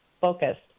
focused